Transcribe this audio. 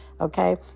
okay